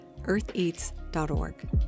eartheats.org